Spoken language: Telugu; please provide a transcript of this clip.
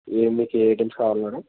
ఏ మీకు ఏ ఐటెమ్స్ కావాలి మేడం